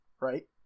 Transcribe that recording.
right